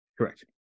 Correct